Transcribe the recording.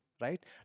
right